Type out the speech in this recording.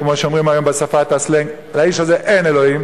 כמו שאומרים היום בשפת הסלנג: "לאיש הזה אין אלוקים",